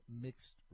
mixed